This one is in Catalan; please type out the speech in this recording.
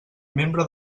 membre